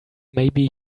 maybe